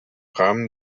rahmen